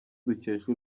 dukesha